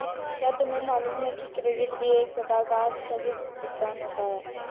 क्या तुम्हें मालूम है कि क्रेडिट भी एक प्रकार का आस्थगित भुगतान होता है?